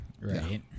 Right